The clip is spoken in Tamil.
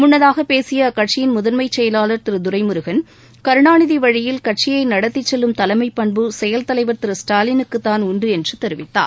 முன்னதாக பேசிய அக்கட்சியின் முதன்மை செயலாளர் திரு துரைமுருகன் கருணாநிதி வழியில் கட்சியை நடத்தி செல்லும் தலைமை பண்பு செயல் தலைவர் திரு ஸ்டாலினுக்கு தாள் உண்டு என்று தெரிவித்தார்